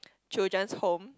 children's home